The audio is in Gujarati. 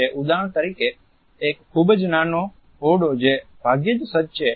ઉદાહરણ તરીકે એક ખૂબજ નાનો ઓરડો જે ભાગ્યે જ સજ્જ છે